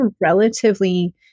relatively